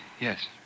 Yes